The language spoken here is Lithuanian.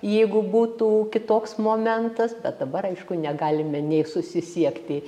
jeigu būtų kitoks momentas bet dabar aišku negalime nei susisiekti